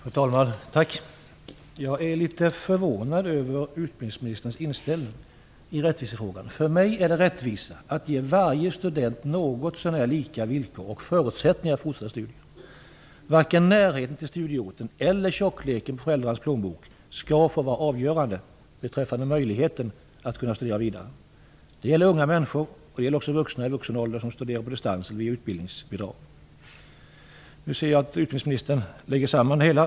Fru talman! Jag är litet förvånad över utbildningsministerns inställning i rättvisefrågan. För mig är det rättvist att ge varje student något så när lika villkor och förutsättningar för fortsatta studier. Varken närheten till studieorten eller tjockleken på plånboken skall få vara avgörande för möjligheten att studera vidare. Det gäller unga människor och det gäller också de som i vuxen ålder studerar på distans med utbildningsbidrag. Nu ser jag att utbildningsministern tänker avsluta det hela.